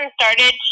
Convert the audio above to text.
started